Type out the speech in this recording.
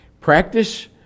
Practice